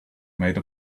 made